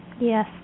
Yes